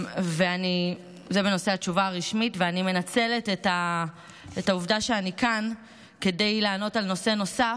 אני מנצלת את העובדה שאני כאן כדי לענות על נושא נוסף,